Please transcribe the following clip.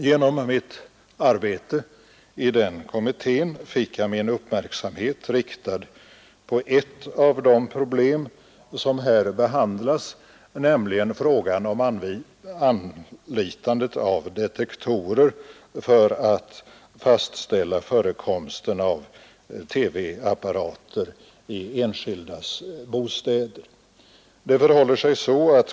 Genom mitt arbete i den kommittén fick jag min uppmärksamhet riktad på ett av de problem som här behandlas, nämligen frågan om anlitandet av detektorer för att fastställa förekomsten av TV-apparater i enskildas bostäder.